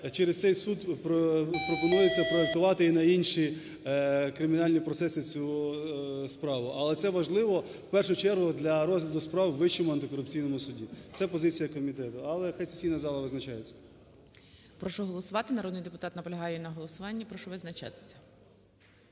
через цей суд пропонується проектувати і на інші кримінальні процеси цю справу, але це важливо, в першу чергу, для розгляду справ в Вищому антикорупційному суді. Це позиція комітету, але нехай сесійна зала визначається. ГОЛОВУЮЧИЙ. Прошу голосувати. Народний депутат наполягає на голосуванні. Прошу визначатися.